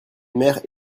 mère